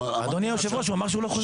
אדוני יושב הראש, הוא אמר שהוא לא חוזר.